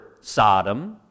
Sodom